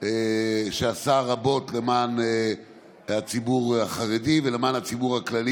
שעשה רבות למען הציבור החרדי ולמען הציבור הכללי,